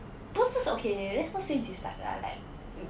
不是 okay let's let's not say dislike lah like mm